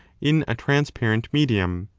in a transparent medium.